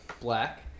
Black